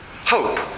Hope